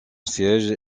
siège